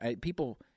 People